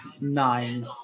Nine